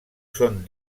són